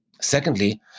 Secondly